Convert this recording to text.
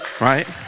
right